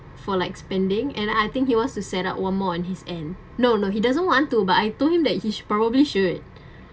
for like spending and I think he wants to set up one more on his end no no he doesn't want to but I told him that he should probably should